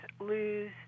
Lose